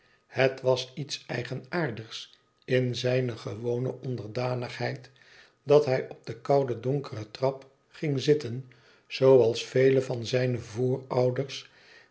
het was iets eigenaardigs in zijne gewone onderdanigheid dat hij op de koude donkere trap ging zitten zooals vele van zijne voorouders